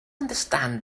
understand